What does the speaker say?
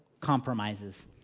compromises